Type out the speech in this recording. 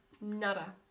nada